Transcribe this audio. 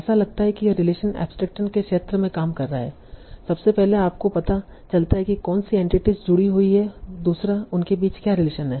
ऐसा लगता है कि यह इस रिलेशन एक्सट्रैक्शन के क्षेत्र में काम कर रहा है सबसे पहले आपको पता चलता है कि कौनसी एंटिटीस जुड़ी हुई हैं और दूसरा उनके बीच क्या रिलेशन है